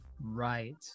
right